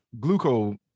glucose